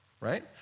right